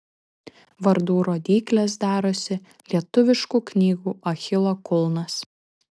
vardų rodyklės darosi lietuviškų knygų achilo kulnas